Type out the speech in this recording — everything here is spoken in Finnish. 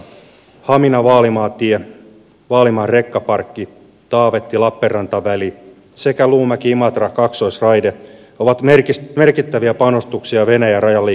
haminavaalimaa tie vaalimaan rekkaparkki taavettilappeenranta väli sekä luumäkiimatra kaksoisraide ovat merkittäviä panostuksia venäjän rajaliikenteen kehittämiseen